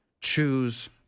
choose